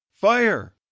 fire